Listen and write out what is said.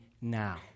now